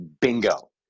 Bingo